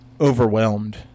overwhelmed